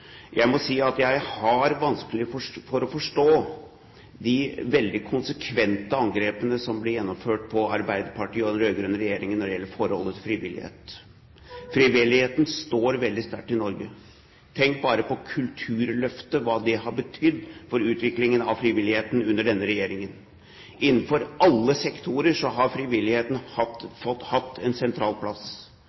Jeg må si at jeg har vanskelig for å forstå de veldig konsekvente angrepene som ble gjennomført på Arbeiderpartiet og den rød-grønne regjeringen når det gjelder forholdet til frivillighet. Frivilligheten står veldig sterkt i Norge. Tenk bare på hva Kulturløftet har betydd for utviklingen av frivilligheten under denne regjeringen. Innenfor alle sektorer har frivilligheten hatt en sentral plass.